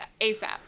ASAP